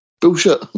Bullshit